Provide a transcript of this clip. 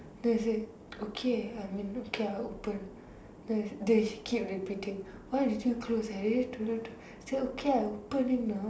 then I say okay I mean okay I open then then she keep repeating why did you close I already told you I say okay I opening now